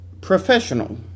professional